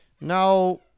Now